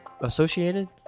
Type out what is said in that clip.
associated